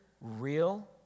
real